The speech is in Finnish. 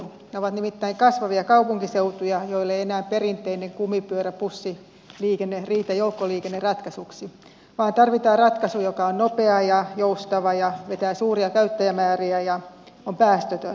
ne ovat nimittäin kasvavia kaupunkiseutuja joille ei enää perinteinen kumipyörä bussiliikenne riitä joukkoliikenneratkaisuksi vaan tarvitaan ratkaisu joka on nopea ja joustava ja vetää suuria käyttäjämääriä ja on päästötön